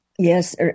Yes